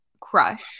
crush